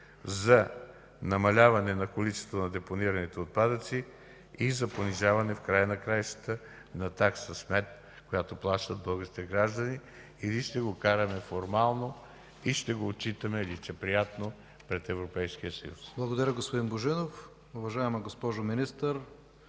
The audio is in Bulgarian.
за намаляване количеството на депонираните отпадъци и за понижаване в края на краищата на такса смет, която плащат българските граждани? Или ще го караме формално и ще го отчитаме лицеприятно пред Европейския съюз? ПРЕДСЕДАТЕЛ ИВАН К. ИВАНОВ: Благодаря, господин Божинов. Уважаема госпожо Министър